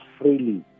freely